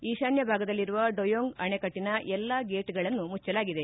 ಈಶಾನ್ತ ಭಾಗದಲ್ಲಿರುವ ಡೊಯೊಂಗ್ ಅಣೆಕಟ್ಟಿನ ಎಲ್ಲಾ ಗೇಟ್ಗಳನ್ನು ಮುಚ್ಚಲಾಗಿದೆ